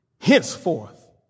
Henceforth